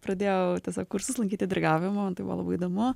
pradėjau tiesiog kursus lankyti dirigavimo tai buvo labai įdomu